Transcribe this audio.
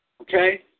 okay